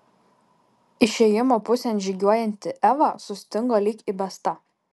išėjimo pusėn žygiuojanti eva sustingo lyg įbesta